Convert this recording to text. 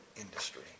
industry